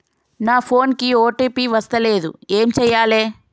నా ఫోన్ కి ఓ.టీ.పి వస్తలేదు ఏం చేయాలే?